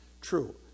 True